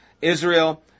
Israel